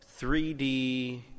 3D